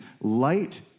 light